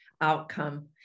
outcome